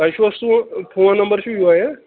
تۄہہِ چھُوا سُہ فون نمبر چھُ یہَے ہا